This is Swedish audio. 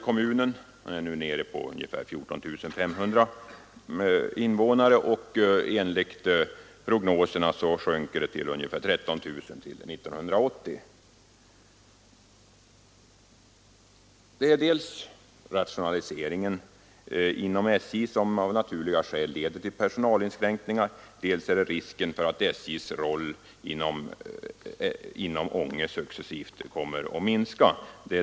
Invånarantalet är nu nere i ungefär 14 500, och enligt prognoserna sjunker det till ungefär 13 000 fram till år 1980. Oron beror dels på rationaliseringen inom SJ, som medför personalinskränkningar, dels på farhågorna för att Ånges roll inom SJ successivt skall minskas.